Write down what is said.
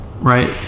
right